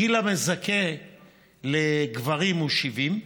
הגיל המזכה לגברים הוא 70,